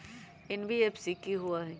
NBFC कि होअ हई?